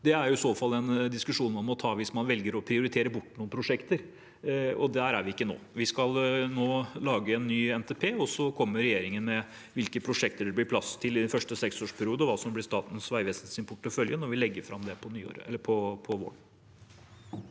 Det er i så fall en diskusjon man må ta hvis man velger å prioritere bort noen prosjekter, og der er vi ikke nå. Vi skal nå lage en ny NTP, og så kommer regjeringen med hvilke prosjekter det blir plass til i første seksårsperiode, og hva som blir Statens vegvesens portefølje når vi legger den fram til våren.